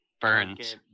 burns